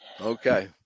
Okay